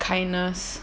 kindness